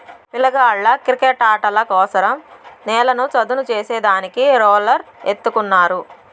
పిల్లగాళ్ళ కిరికెట్టాటల కోసరం నేల చదును చేసే దానికి రోలర్ ఎత్తుకున్నారు